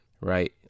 right